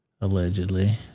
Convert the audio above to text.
Allegedly